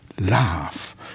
laugh